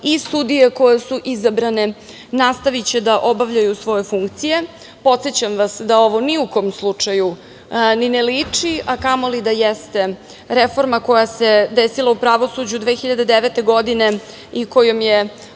i sudije koje su izabrane nastaviće da obavljaju svoje funkcije. Podsećam vas, da ovo ni u kom slučaju ni ne liči, a kamo li, da jeste reforma koja se desila u pravosuđu 2009. godine, i kojom je,